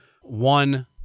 one